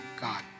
God